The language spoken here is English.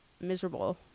miserable